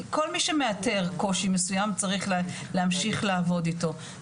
כל מי שמאתר קושי מסוים צריך להמשיך לעבוד אתו.